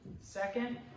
Second